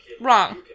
Wrong